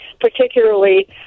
particularly